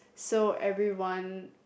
so everyone